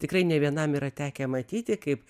tikrai ne vienam yra tekę matyti kaip